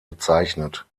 bezeichnet